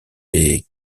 est